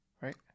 Right